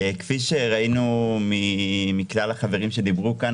כפי ששמענו מכלל החברים שדיברו כאן,